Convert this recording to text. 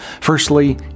Firstly